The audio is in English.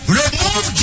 remove